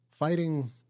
fighting